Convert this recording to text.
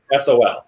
SOL